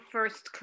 First